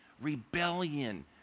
rebellion